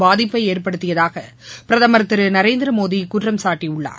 பாதிப்பை ஏற்படுத்தியதாக பிரதமர் திரு நரேந்திரமோடி குற்றம் சாட்டியுள்ளார்